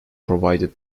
provided